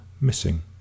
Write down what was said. missing